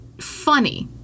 funny